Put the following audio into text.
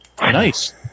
Nice